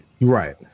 Right